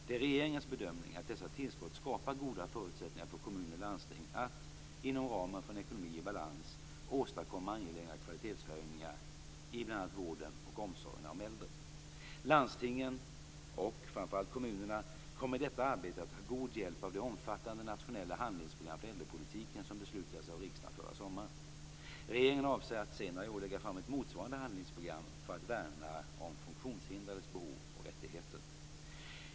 Det är regeringens bedömning att dessa tillskott skapar goda förutsättningar för kommuner och landsting att - inom ramen för en ekonomi i balans - åstadkomma angelägna kvalitetshöjningar i bl.a. vården och omsorgerna om äldre. Landstingen och framför allt kommunerna kommer i detta arbete att ha god hjälp av det omfattande nationella handlingsprogram för äldrepolitiken som beslutades av riksdagen förra sommaren. Regeringen avser att senare i år lägga fram ett motsvarande handlingsprogram för att värna funktionshindrades behov och rättigheter.